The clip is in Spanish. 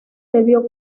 debió